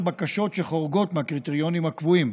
בקשות שחורגות מהקריטריונים הקבועים,